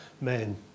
men